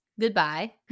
goodbye